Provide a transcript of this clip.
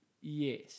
Yes